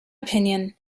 opinion